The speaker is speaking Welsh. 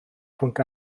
pwnc